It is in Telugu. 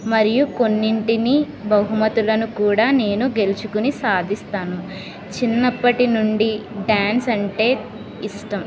మరియు కొన్నింటిని బహుమతులను కూడా నేను గెలుచుకొని సాధిస్తాను చిన్నప్పటి నుండి డ్యాన్స్ అంటే ఇష్టం